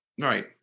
Right